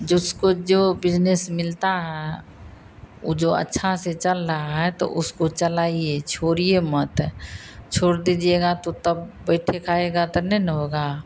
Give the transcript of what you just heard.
जिसको जो बिजनेस मिलता है ऊ जो अच्छा से चल रहा है तो उसको चलाइए छोड़िए मत छोड़ दीजिएगा तो तब बैठकर खाएगा तो नहीं ना होगा